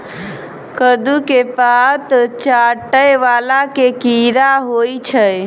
कद्दू केँ पात चाटय वला केँ कीड़ा होइ छै?